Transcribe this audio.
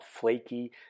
flaky